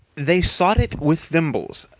they sought it with thimbles,